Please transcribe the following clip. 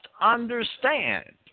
understand